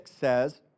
says